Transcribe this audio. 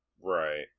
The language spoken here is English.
Right